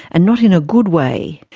and not in a good way.